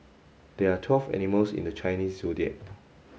there are twelve animals in the Chinese Zodiac